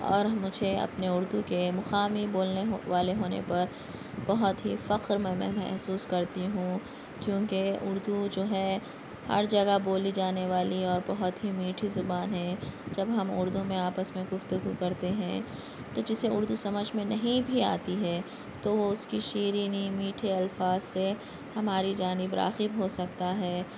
اور مجھے اپنے اردو کے مقامی بولنے والے ہونے پر بہت ہی فخر میں میں محسوس کرتی ہوں کیوں کہ اردو جو ہے ہر جگہ بولی جانے والی اور بہت ہی میٹھی زبان ہے جب ہم اردو میں آپس میں گفتگو کرتے ہیں تو جسے اردو سمجھ میں نہیں بھی آتی ہے تو وہ اس کی شیرینی میٹھے الفاظ سے ہماری جانب راغب ہو سکتا ہے